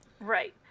Right